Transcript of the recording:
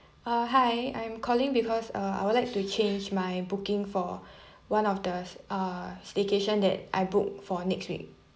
uh hi I'm calling because uh I would like to change my booking for one of the s~ uh staycation that I book for next week